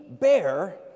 bear